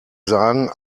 sagen